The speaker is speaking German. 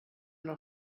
noch